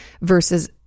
versus